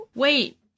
Wait